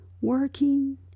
working